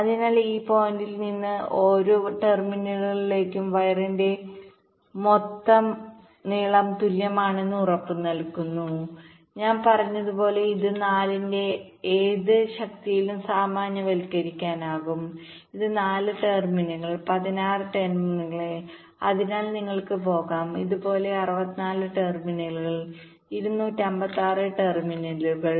അതിനാൽ ഈ പോയിന്റിൽ നിന്ന് ഓരോ ടെർമിനലുകളിലേക്കും വയറിന്റെ മൊത്തം നീളം തുല്യമാണെന്ന് ഉറപ്പുനൽകുന്നു ഞാൻ പറഞ്ഞതുപോലെ ഇത് 4 ന്റെ ഏത് ശക്തിയിലും സാമാന്യവൽക്കരിക്കാനാകും ഇത് 4 ടെർമിനലുകൾ 16 ടെർമിനലുകൾ അതിനാൽ നിങ്ങൾക്ക് പോകാം ഇതുപോലെ 64 ടെർമിനലുകൾ 256 ടെർമിനലുകൾ